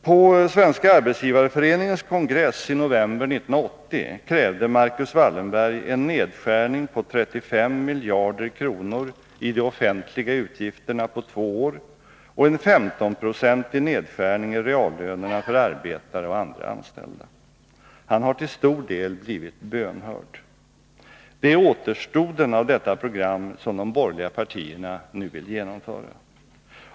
På Svenska arbetsgivareföreningens kongress i november 1980 krävde Marcus Wallenberg en nedskärning på 35 miljarder kronor i de offentliga utgifterna på två år och en 15-procentig nedskärning i reallönerna för arbetare och andra anställda. Han har till stor del blivit bönhörd. Det är återstoden av detta program som de borgerliga partierna nu vill genomföra.